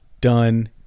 done